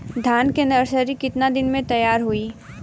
धान के नर्सरी कितना दिन में तैयार होई?